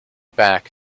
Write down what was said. back